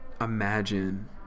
Imagine